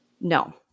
No